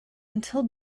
until